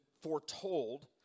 foretold